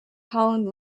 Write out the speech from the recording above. holland